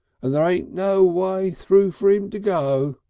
and there ain't no way through for im to go.